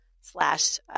slash